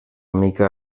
mica